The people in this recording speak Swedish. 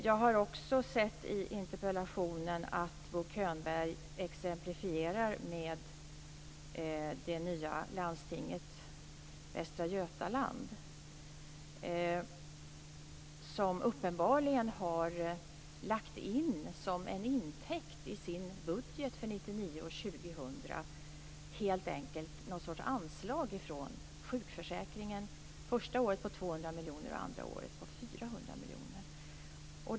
Jag har också sett i interpellationen att Bo Könberg exemplifierar med det nya landstinget Västra Götaland som uppenbarligen helt enkelt har lagt in som en intäkt i sin budget för 1999 och 2000 något slags anslag från sjukförsäkringen på 200 miljoner kronor under det första året och 400 miljoner kronor under det andra året.